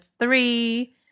three